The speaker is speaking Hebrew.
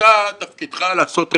אתה תפקידך לעשות רגולציה,